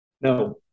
no